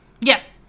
Yes